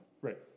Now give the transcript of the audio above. Right